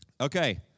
Okay